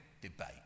debate